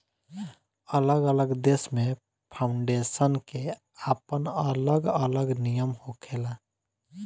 अलग अलग देश में फाउंडेशन के आपन अलग अलग नियम होखेला